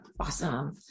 Awesome